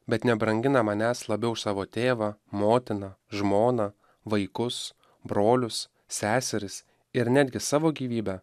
bet nebrangina manęs labiau už savo tėvą motiną žmoną vaikus brolius seseris ir netgi savo gyvybę